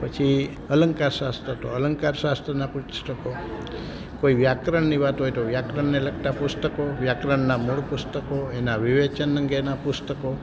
પછી અલંકાર શાસ્ત્ર તો અલંકાર શાસ્ત્રના પુસ્તકો કોઈ વ્યાકરણની વાત હોય તો વ્યાકરણને લગતા પુસ્તકો વ્યાકરણના મૂળ પુસ્તકો એના વિવેચન અંગેના પુસ્તકો